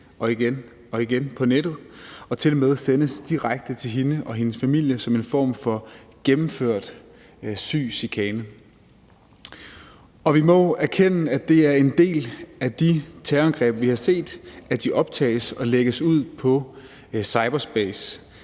igen og igen på nettet og tilmed sendes direkte til hende og hendes familie som en form for gennemført syg chikane. Og vi må erkende, at det er en del af de terrorangreb, vi har set, at de optages og lægges ud i cyberspace.